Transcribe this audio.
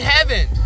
Heaven